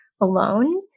alone